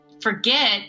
forget